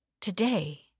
Today